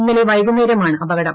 ഇന്നലെ റൈവ്കൂന്നേരമാണ് അപകടം